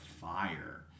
fire